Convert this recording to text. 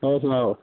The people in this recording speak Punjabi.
ਹੋਰ ਸੁਣਾਓ